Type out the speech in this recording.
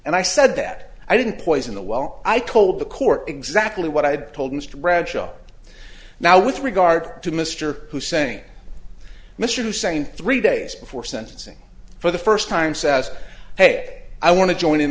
and i said that i didn't poison the well i told the court exactly what i had told mr bradshaw now with regard to mr hussein mr hussein three days before sentencing for the first time says hey i want to join in